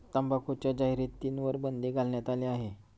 तंबाखूच्या जाहिरातींवर बंदी घालण्यात आली आहे